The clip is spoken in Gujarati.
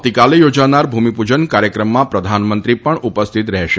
આવતીકાલે યોજાનાર ભૂમિપૂજન કાર્યક્રમમાં પ્રધાનમંત્રી પણ ઉપસ્થિત રહેશે